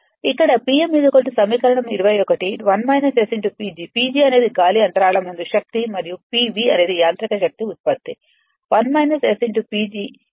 ఇక్కడ Pm సమీకరణం 21 PG PG అనేది గాలి అంతరాళము నందు శక్తి మరియు p v అనేది యాంత్రిక శక్తి ఉత్పత్తి PG